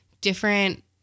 different